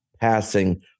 passing